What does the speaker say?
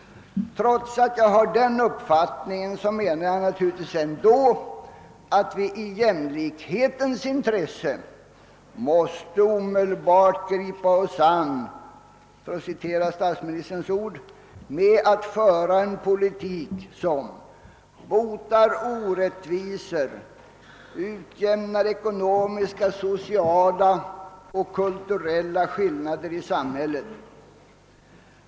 Även om jag har denna uppfattning menar jag naturligtvis att vi ändå i jämlikhetens intresse omedelbart måste gripa oss an, för att citera statsministerns ord, med »en politik som botar brister och orättvisor och utjämnar ekonomiska, sociala och kulturella skillnader i samhället«.